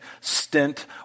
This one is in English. stint